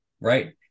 right